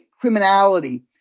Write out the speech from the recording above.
criminality